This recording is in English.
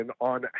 on